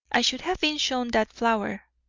i should have been shown that flower,